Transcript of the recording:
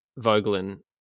Vogelin